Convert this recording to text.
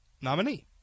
nominee